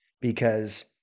because-